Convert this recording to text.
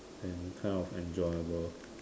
and kind of enjoyable